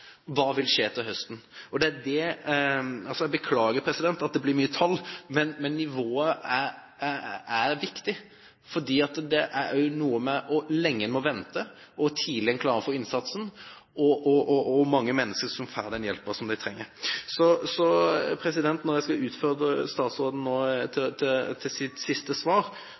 hva vil skje til høsten? Beklager at det blir mye tall, men nivået er viktig, for det er også noe med hvor lenge en må vente, hvor tidlig en klarer å få innsatsen, og hvor mange mennesker som får den hjelpen de trenger. Når jeg nå skal utfordre statsråden til hennes siste svar, håper jeg at hun kan komme inn på den biten som kommer til